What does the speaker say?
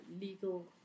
legal